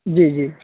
جی جی